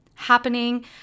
happening